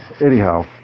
Anyhow